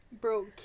Bro